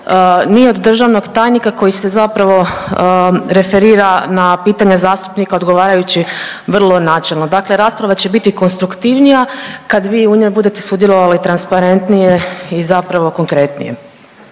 ni od državnog tajnika koji se zapravo referira na pitanja zastupnika odgovarajući vrlo načelno. Dakle rasprava će biti konstruktivnija kad vi u njoj budete sudjelovali transparentnije i zapravo konkretnije.